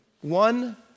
One